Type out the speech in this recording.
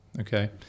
Okay